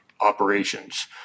operations